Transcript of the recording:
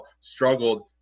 struggled